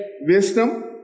wisdom